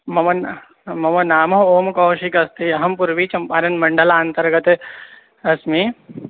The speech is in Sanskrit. मम न् मम नाम ओं कौशिकस्ति अहं पुर्वी चम्पारन्मण्डलान्तर्गते अस्मि